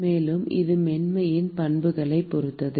மேலும் இது மென்மையின் பண்புகளைப் பொறுத்தது